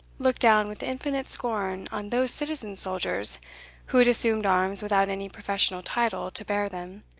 looked down with infinite scorn on those citizen soldiers who had assumed arms without any professional title to bear them,